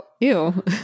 Ew